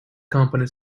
company